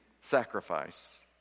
sacrifice